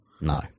No